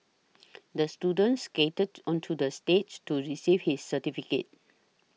the student skated onto the stage to receive his certificate